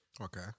Okay